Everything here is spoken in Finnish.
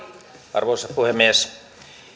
arvoisa puhemies